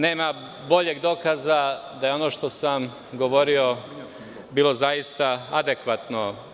Nema boljeg dokaza da je ono što sam govorio bilo zaista adekvatno.